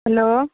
hello